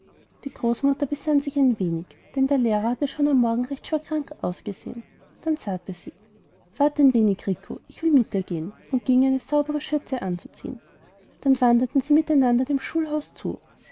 die großmutter besann sich ein wenig denn der lehrer hatte schon am morgen recht schwer krank ausgesehen dann sagte sie wart ein wenig rico ich will mit dir gehen und ging die saubere schürze anzuziehen dann wanderten sie miteinander dem schulhaus zu